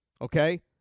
Okay